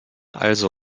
also